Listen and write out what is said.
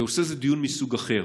אתה עושה על זה דיון מסוג אחר.